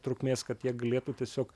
trukmės kad jie galėtų tiesiog